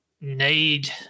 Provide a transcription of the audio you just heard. need